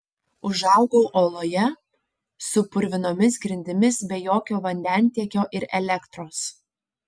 užaugau oloje su purvinomis grindimis be jokio vandentiekio ir elektros